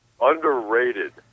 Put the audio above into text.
underrated